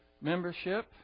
membership